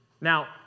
Now